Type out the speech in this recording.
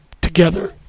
together